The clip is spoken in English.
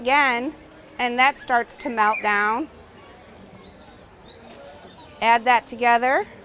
again and that starts to melt down add that together